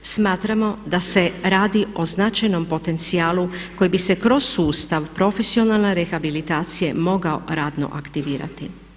Smatramo da se radi o značajnom potencijalu koji bi se kroz sustav profesionalne rehabilitacije mogao radno aktivirati.